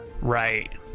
Right